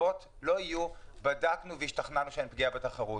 שהתשובות לא יהיו בדקנו והשתכנענו שאין פגיעה בתחרות.